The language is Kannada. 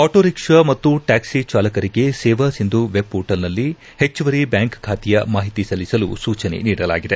ಆಟೋರಿಕ್ಷಾ ಮತ್ತು ಟ್ಯಾಕ್ಷಿ ಚಾಲಕರಿಗೆ ಸೇವಾ ಸಿಂಧು ವೆಬ್ ಮೋರ್ಟ್ಲ್ನಲ್ಲಿ ಹೆಚ್ಚುವರಿ ಬ್ಯಾಂಕ್ ಖಾತೆಯ ಮಾಹಿತಿ ಸಲ್ಲಿಸಲು ಸೂಜನೆ ನೀಡಲಾಗಿದೆ